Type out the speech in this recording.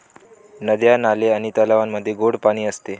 नद्या, नाले आणि तलावांमध्ये गोड पाणी असते